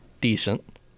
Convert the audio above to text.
decent